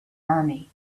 army